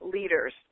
Leaders